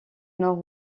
nord